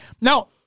Now